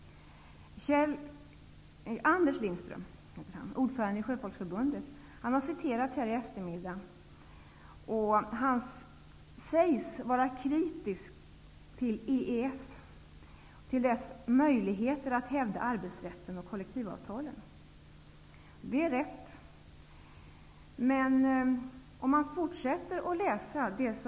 Anders Lindström, ordförande i Svenska sjöfolksförbundet, har citerats här i eftermiddag. Han sägs vara kritisk till EES, till dess möjligheter att hävda arbetsrätten och kollektivavtalen. Det är rätt.